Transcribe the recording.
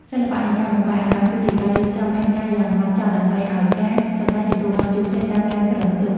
សិល្បៈនៃការបង្វែរអារម្មណ៍គឺជាការរៀបចំផែនការយ៉ាងហ្មត់ចត់ដើម្បីឱ្យការសម្តែងទទួលបានជោគជ័យតាមការគ្រោងទុក។